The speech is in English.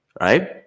right